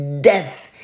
Death